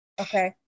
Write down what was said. Okay